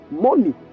money